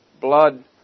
blood